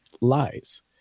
lies